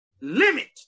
limit